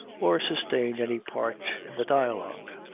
or sustain any part in the dialogue.